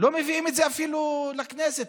לא מביאים את זה אפילו לכנסת,